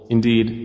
Indeed